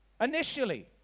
initially